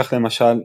כך למשל,